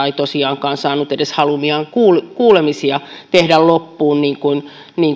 ei tosiaankaan saanut edes haluamiaan kuulemisia tehdä loppuun niin kuin